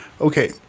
Okay